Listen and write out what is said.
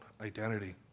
identity